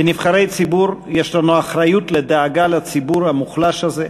כנבחרי ציבור יש לנו אחריות לדאגה לציבור המוחלש הזה,